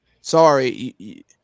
Sorry